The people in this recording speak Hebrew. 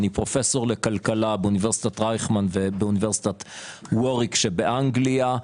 אני פרופ' לכלכלה באונ' רייכמן ובאונ' ווריק שבאנגליה.